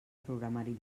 programari